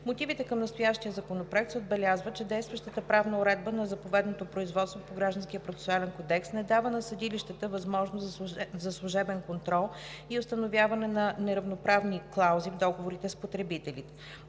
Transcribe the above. мотивите към настоящия законопроект се отбелязва, че действащата правна уредба на заповедното производство по Гражданския процесуален кодекс не дава на съдилищата възможност за служебен контрол и установяване на неравноправни клаузи в договорите с потребителите.